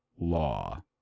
Law